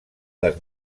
les